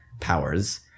Powers